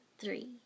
three